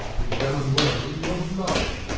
examine well your blood,